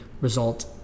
result